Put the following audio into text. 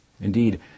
Indeed